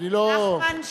לא,